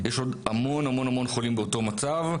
יש עוד המון המון המון חולים באותו מצב,